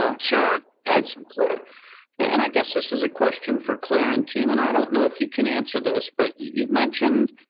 ah sure add some clear and i guess this is a question for claire and team and i don't know if you can answer this, but you've mentioned.